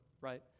right